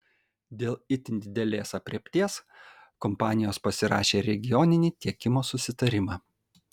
dėl itin didelės aprėpties kompanijos pasirašė regioninį tiekimo susitarimą